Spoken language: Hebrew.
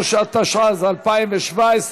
3), התשע"ז 2017,